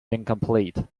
incomplete